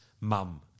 mum